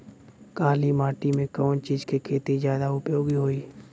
काली माटी में कवन चीज़ के खेती ज्यादा उपयोगी होयी?